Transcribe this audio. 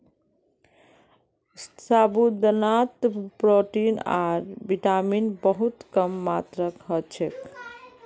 साबूदानात प्रोटीन आर विटामिन बहुत कम मात्रात ह छेक